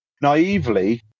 naively